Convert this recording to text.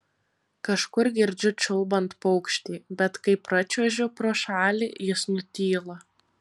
kažkur girdžiu čiulbant paukštį bet kai pračiuožiu pro šalį jis nutyla